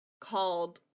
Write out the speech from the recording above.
called-